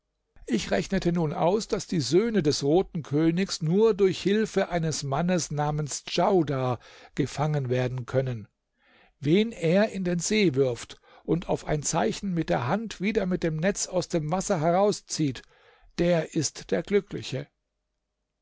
ich rechnete nun aus daß die söhne des roten königs nur durch hilfe eines mannes namens djaudar gefangen werden können wen er in den see wirft und auf ein zeichen mit der hand wieder mit dem netz aus dem wasser herauszieht der ist der glückliche